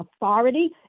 authority